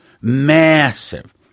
Massive